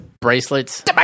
bracelets